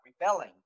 rebelling